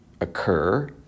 occur